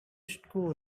school